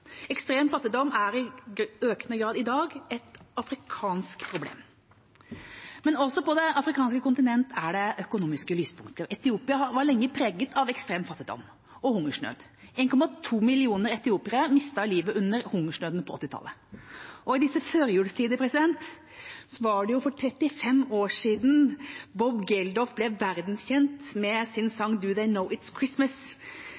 Ekstrem fattigdom er i økende grad i dag et afrikansk problem. Men også på det afrikanske kontinentet er det økonomiske lyspunkter. Etiopia var lenge preget av ekstrem fattigdom og hungersnød. 1,2 millioner etiopiere mistet livet under hungersnøden på 1980-tallet. I disse førjulstider er det 35 år siden Bob Geldof ble verdenskjent med sin